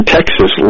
Texas